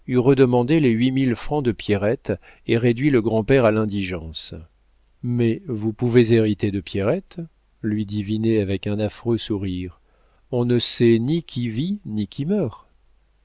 redemandé les huit mille francs de pierrette et réduit le grand-père à l'indigence mais vous pouvez hériter de pierrette lui dit vinet avec un affreux sourire on ne sait ni qui vit ni qui